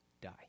die